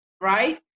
right